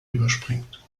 überspringt